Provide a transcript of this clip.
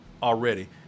Already